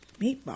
Meatball